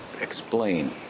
explain